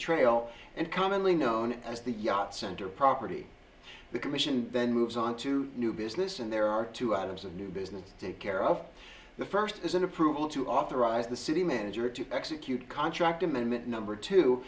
trail and commonly known as the yacht center property the commission then moves on to new business and there are two items of new business to take care of the first is an approval to authorize the city manager to execute contract amendment number two